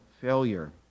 failure